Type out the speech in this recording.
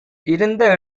இருந்த